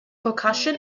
percussion